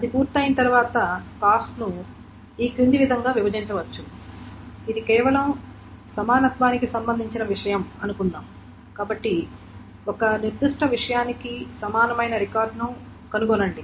అది పూర్తయిన తర్వాత కాస్ట్ ను ఈ క్రింది విధంగా విభజించవచ్చు ఇది కేవలం సమానత్వానికి సంబంధించిన విషయం అనుకుందాం కాబట్టి ఒక నిర్దిష్ట విషయానికి సమానమైన రికార్డును కనుగొనండి